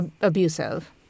abusive